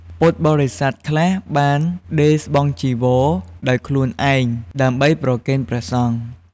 ពុទ្ធបរិស័ទខ្លះបានដេរស្បង់ចីវរដោយខ្លួនឯងដើម្បីប្រគេនព្រះសង្ឃ។